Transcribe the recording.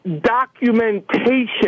documentation